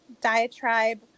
diatribe